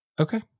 Okay